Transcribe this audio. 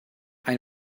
ein